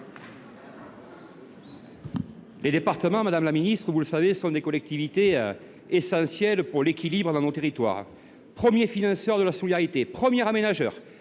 le savez, madame la ministre, les départements sont des collectivités essentielles pour l’équilibre de nos territoires. Premiers financeurs de la solidarité, premiers aménageurs,